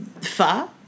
Fa